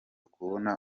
kubona